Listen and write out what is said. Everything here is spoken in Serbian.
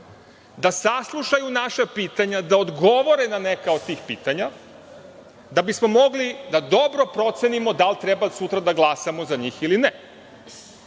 da saslušaju naša pitanja, da odgovore na neka od tih pitanja, da bismo mogli dobro da procenimo da li sutra treba da glasamo za njih, ili